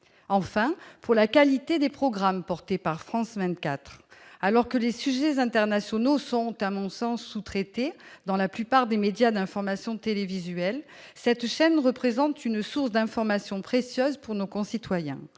faire pour la qualité des programmes diffusés par France 24. Alors que les sujets internationaux sont, à mon sens, « sous-traités » dans la plupart des médias d'information télévisuels, cette chaîne représente une source d'information précieuse pour nos concitoyens.